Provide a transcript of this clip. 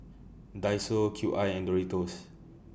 Daiso Cube I and Doritos